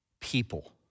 people